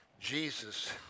Jesus